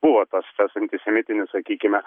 buvo tas tas antisemitinis sakykime